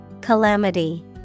Calamity